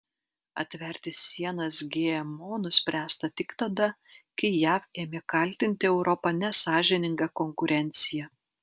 atverti sienas gmo nuspręsta tik tada kai jav ėmė kaltinti europą nesąžininga konkurencija